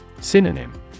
synonym